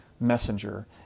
Messenger